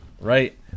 Right